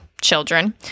children